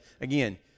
again